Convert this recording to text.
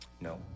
No